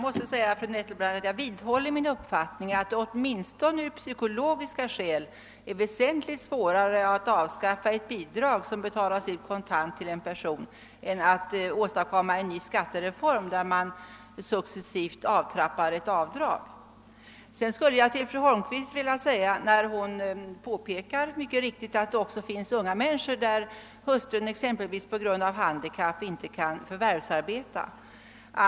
Herr talman! Jag vidhåller min uppfattning att det åtminstone av psykologiska skäl är väsentligt svårare att avskaffa ett bidrag som betalas ut kontant än att åstadkomma en skattereform där man successivt avtrappar ett avdrag. Fru Holmqvist påpekade mycket riktigt att det finns unga familjer där hustrun exempelvis på grund av handikapp inte kan förvärvsarbeta.